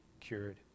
cured